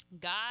God